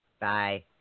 Bye